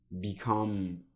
become